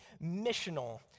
missional